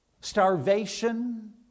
starvation